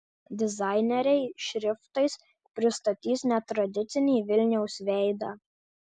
dizaineriai šriftais pristatys netradicinį vilniaus veidą